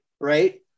right